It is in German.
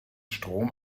strom